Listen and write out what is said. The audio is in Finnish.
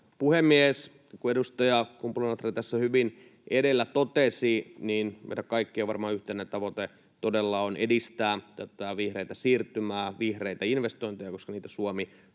puhemies! Kuten edustaja Kumpula-Natri tässä hyvin edellä totesi, niin varmaan meidän kaikkien yhteinen tavoitteemme on todella edistää tätä vihreätä siirtymää, vihreitä investointeja, koska niitä Suomi